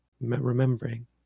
Remembering